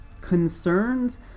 concerns